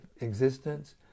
existence